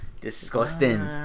Disgusting